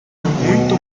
muito